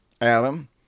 Adam